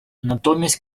натомість